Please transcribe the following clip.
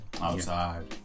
Outside